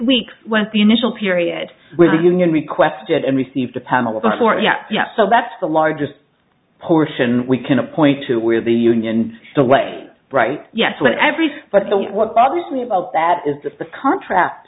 weeks went the initial period where the union requested and received a panel of four yep yep so that's the largest portion we can a point to where the union the way right yes but everything but what bothers me about that is that the contract